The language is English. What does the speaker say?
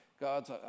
God's